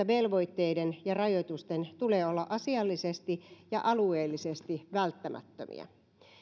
velvoitteiden ja rajoitusten tulee olla asiallisesti ja alueellisesti välttämättömiä